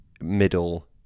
middle